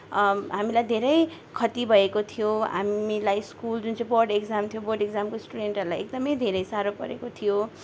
हामीलाई धेरै खति भएको थियो हामीलाई स्कुल जुन चाहिँ बोर्ड एक्जाम थियो बोर्ड एक्जामको स्टुडेन्टहरूलाई एकदमै धेरै साह्रो परेको थियो